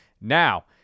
Now